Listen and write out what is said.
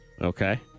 Okay